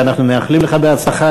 אנחנו מאחלים לך הצלחה,